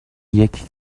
یکی